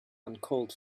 uncalled